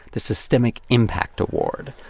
the systemic impact award.